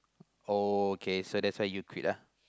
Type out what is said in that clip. okay so that's why you quit ah